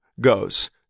goes